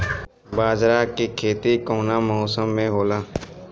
बाजरा के खेती कवना मौसम मे होला?